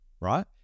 right